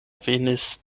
venis